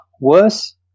worse